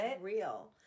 real